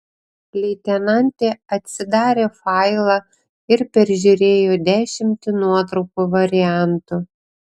leitenantė atsidarė failą ir peržiūrėjo dešimtį nuotraukų variantų